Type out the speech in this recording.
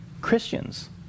Christians